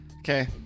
Okay